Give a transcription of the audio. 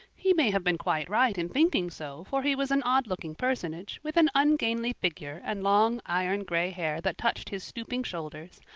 he may have been quite right in thinking so, for he was an odd-looking personage, with an ungainly figure and long iron-gray hair that touched his stooping shoulders,